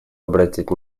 обратить